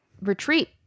retreat